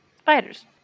Spiders